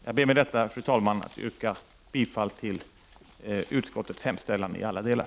Jag ber, fru talman, med detta att få yrka bifall till utskottets hemställan i alla delar.